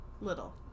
Little